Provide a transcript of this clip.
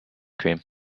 cream